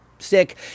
sick